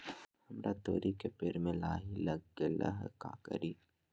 हमरा तोरी के पेड़ में लाही लग गेल है का करी?